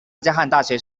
大学